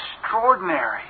extraordinary